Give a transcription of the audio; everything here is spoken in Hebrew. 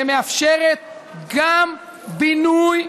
שמאפשרת גם בינוי,